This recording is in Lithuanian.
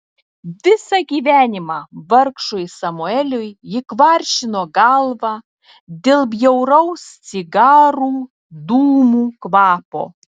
visą gyvenimą vargšui samueliui ji kvaršino galvą dėl bjauraus cigarų dūmų kvapo